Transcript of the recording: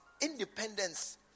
independence